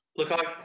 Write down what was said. Look